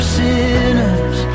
sinners